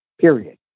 period